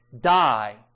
die